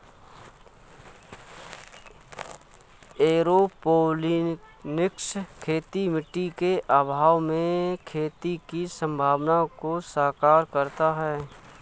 aeroponics खेती मिट्टी के अभाव में खेती की संभावना को साकार करता है